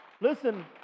Listen